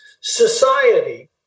society